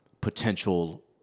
potential